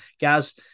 Guys